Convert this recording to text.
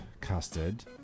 custard